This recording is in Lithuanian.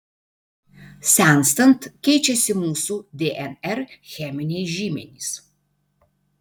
senstant keičiasi mūsų dnr cheminiai žymenys